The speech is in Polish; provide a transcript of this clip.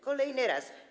Kolejny raz.